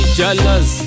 jealous